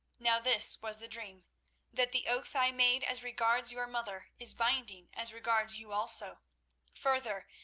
now this was the dream that the oath i made as regards your mother is binding as regards you also further,